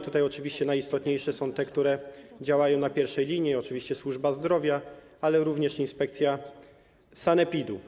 Tutaj oczywiście najistotniejsze są te, które działają na pierwszej linii, służba zdrowia, ale również inspekcja sanepidu.